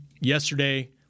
yesterday